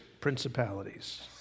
principalities